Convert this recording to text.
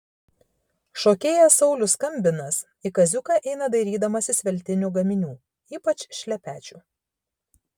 šokėjas saulius skambinas į kaziuką eina dairydamasis veltinių gaminių ypač šlepečių